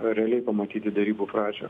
realiai pamatyti derybų pradžią